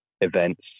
events